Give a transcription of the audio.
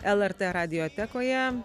lrt radiotekoje